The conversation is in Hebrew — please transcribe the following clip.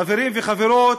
חברים וחברות,